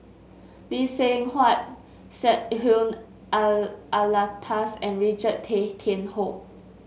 Lee Seng Huat Syed Alatas and Richard Tay Tian Hoe